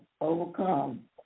overcome